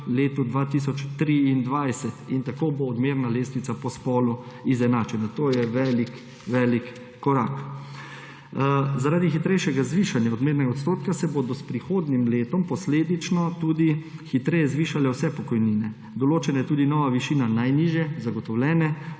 letu 2023 in tako bo odmerna lestvica po spolu izenačena. To je velik velik korak. Zaradi hitrejšega zvišanja odmernega odstotka se bodo s prihodnjim letom posledično tudi hitreje zvišale vse pokojnine. Določena je tudi nova višina najnižje zagotovljene